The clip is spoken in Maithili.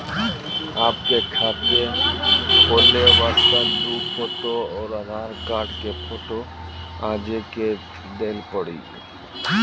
आपके खाते खोले वास्ते दु फोटो और आधार कार्ड के फोटो आजे के देल पड़ी?